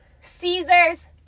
Caesars